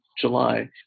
july